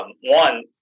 One